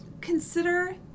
consider